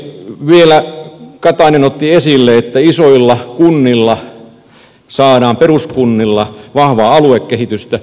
vielä katainen otti esille että isoilla kunnilla peruskunnilla saadaan vahvaa aluekehitystä